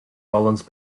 rollins